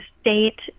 state